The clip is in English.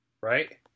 right